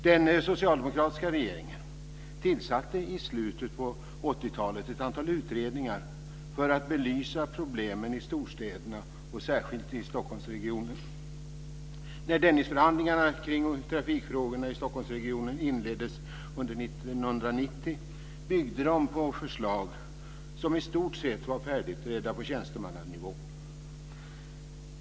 Den socialdemokratiska regeringen tillsatte i slutet på 80 talet ett antal utredningar för att belysa problemen i storstäderna och särskilt i Stockholmsregionen. När Dennisförhandlingarna kring trafikfrågorna i Stockholmsregionen inleddes under 1989 byggde de på förslag som i stort sett var färdigutredda på tjänstemannanivå.